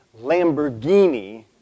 Lamborghini